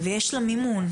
ויש לה מימון,